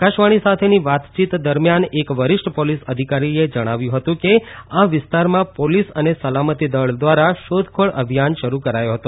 આકાશવાણી સાથેની વાતયીત દરમ્યાન એક વરિષ્ઠ પોલીસ અધિકારીએ જણાવ્યું હતું કે આ વિસ્તારમાં પોલીસ અને સલામતી દળ દ્વારા શોધખોળ અભિવાન શરૂ કરાયો હતો